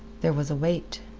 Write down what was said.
there was a wait.